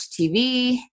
TV